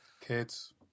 Kids